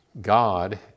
God